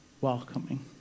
welcoming